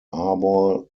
arbor